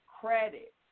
credit